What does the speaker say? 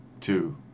Two